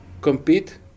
compete